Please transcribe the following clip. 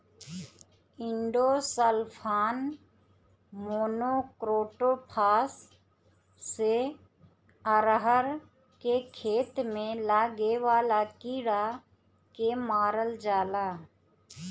endosulfan, monocrotophos से अरहर के खेत में लागे वाला कीड़ा के मारल जाला